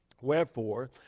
Wherefore